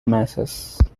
masses